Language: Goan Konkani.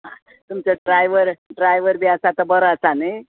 आं तुमचो ड्रायव्हर ड्रायव्हर बी आसा तो बरो आसा न्हय